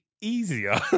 easier